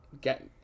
get